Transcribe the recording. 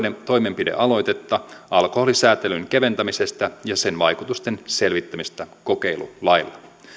toimenpidealoitetta alkoholisääntelyn keventämisestä ja sen vaikutusten selvittämistä kokeilulailla